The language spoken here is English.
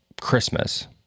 Christmas